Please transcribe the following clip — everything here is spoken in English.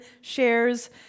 shares